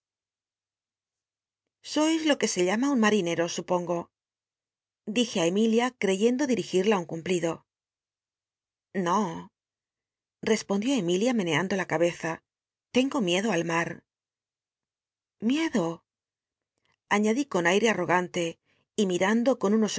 sois lo que se llama un marinero supongo cyendo di gi l'la un cumplido no respondió emilia meneand o la cabeza tengo miedo al mar miedo añadí con aie al'l'ogan lc y mimndo con unos